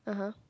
(uh huh)